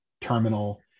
terminal